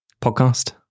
podcast